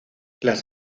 las